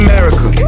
America